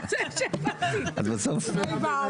אנחנו מודים לך.